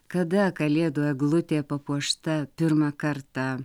kada kalėdų eglutė papuošta pirmą kartą